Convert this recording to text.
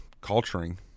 culturing